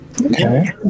okay